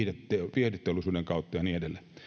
viihdeteollisuuden kautta ja niin edelleen